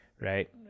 Right